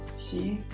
see?